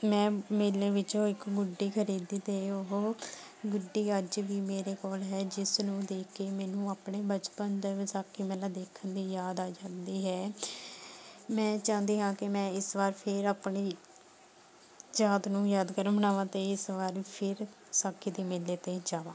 ਮੈਂ ਮੇਲੇ ਵਿੱਚੋਂ ਇੱਕ ਗੁੱਡੀ ਖ਼ਰੀਦੀ ਅਤੇ ਉਹ ਗੁੱਡੀ ਅੱਜ ਵੀ ਮੇਰੇ ਕੋਲ਼ ਹੈ ਜਿਸ ਨੂੰ ਦੇਖਕੇ ਮੈਨੂੰ ਆਪਣੇ ਬਚਪਨ ਦਾ ਵਿਸਾਖੀ ਮੇਲਾ ਦੇਖਣ ਦੀ ਯਾਦ ਆ ਜਾਂਦੀ ਹੈ ਮੈਂ ਚਾਹੁੰਦੀ ਹਾਂ ਕਿ ਮੈਂ ਇਸ ਵਾਰ ਫ਼ਿਰ ਆਪਣੀ ਯਾਦ ਨੂੰ ਯਾਦਗਾਰ ਬਣਾਵਾਂ ਅਤੇ ਇਸ ਵਾਰ ਫ਼ਿਰ ਵਿਸਾਖੀ ਦੇ ਮੇਲੇ 'ਤੇ ਜਾਵਾਂ